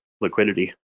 liquidity